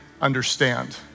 understand